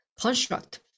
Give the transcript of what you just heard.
construct